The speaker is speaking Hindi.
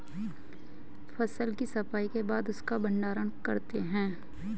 फसल की सफाई के बाद उसका भण्डारण करते हैं